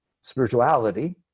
spirituality